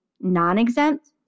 non-exempt